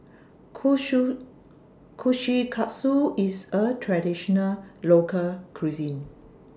Kushikatsu IS A Traditional Local Cuisine